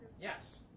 Yes